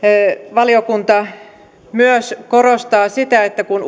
valiokunta myös korostaa sitä että kun